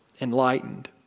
enlightened